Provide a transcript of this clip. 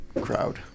crowd